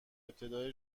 ابتدای